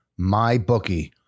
MyBookie